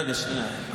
רגע, שנייה.